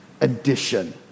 addition